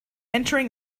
entering